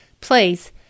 please